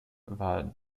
war